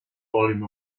volume